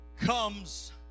comes